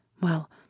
Well